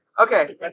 Okay